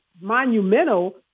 monumental